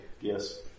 Yes